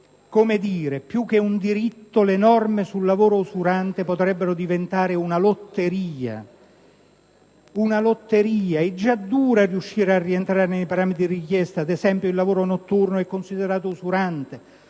scadendo. Più che un diritto le norme sul lavoro usurante potrebbero diventare una lotteria. È già dura riuscire a rientrare nei parametri richiesti. Ad esempio, il lavoro notturno è considerato usurante